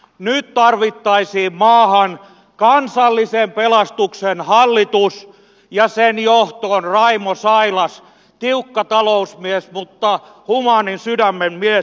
nyt tarvittaisiin maahan kansallisen pelastuksen hallitus ja sen johtoon raimo sailas tiukka talousmies mutta humaanin sydämen mies